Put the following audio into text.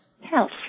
health